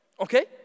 okay